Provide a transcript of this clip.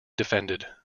defended